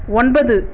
ஒன்பது